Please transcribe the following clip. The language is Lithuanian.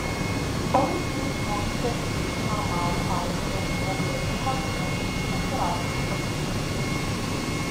palaipsniui išmoksite atskirti normalų audinio gruoblėtumą nuo naujai atsiradusių pakitimų